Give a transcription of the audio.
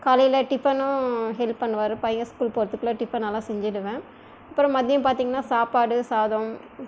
காலையில் டிபனும் ஹெல்ப் பண்ணுவார் பையன் ஸ்கூல் போகிறதுக்குள்ள டிபன் எல்லாம் செஞ்சுடுவேன் அப்புறம் மதியம் பார்த்தீங்கன்னா சாப்பாடு சாதம்